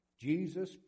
Jesus